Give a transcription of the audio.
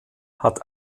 hat